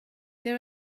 there